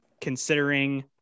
considering